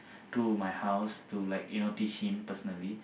to my house to like you know teach him personally